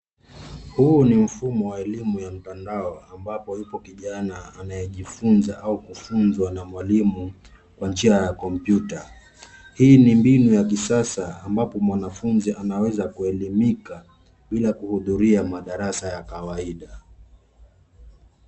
Huu ni mfumo wa elimu ya mtandao ambapo yupo kijana anayejifunza au kufunzwa na mwalimu kwa njia ya kompyuta. Hii ni mbinu ya kisasa ambapo mwanafunzi anaweza kuelimika bila kuhudhuria madarasa ya kawaida.